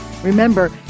Remember